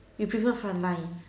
you prefer fun line